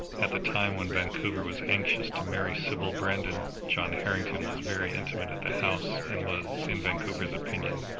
at the time when vancouver was anxious to marry sybil brandon, john harrington was very intimate at the house, and was, in vancouver's opinion,